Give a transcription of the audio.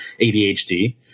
ADHD